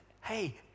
hey